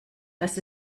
das